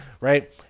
Right